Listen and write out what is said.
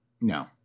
No